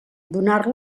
donar